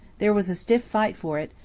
there was a stiff fight for it,